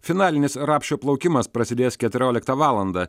finalinis rapšio plaukimas prasidės keturioliktą valandą